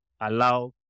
allow